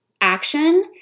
action